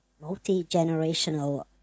multi-generational